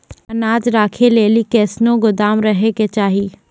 अनाज राखै लेली कैसनौ गोदाम रहै के चाही?